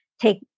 take